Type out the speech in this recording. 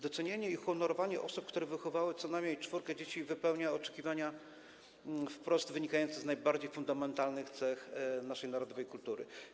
Docenienie i uhonorowanie osób, które wychowały co najmniej czwórkę dzieci, wypełnia oczekiwania wprost wynikające z najbardziej fundamentalnych cech naszej narodowej kultury.